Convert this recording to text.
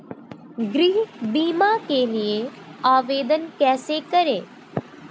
गृह बीमा के लिए आवेदन कैसे करें?